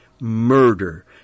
murder